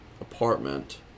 apartment